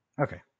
Okay